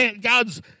God's